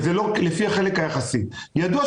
בדיוק